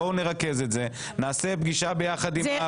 בואו נרכז את זה ונעשה פגישה ביחד עם הוועדה.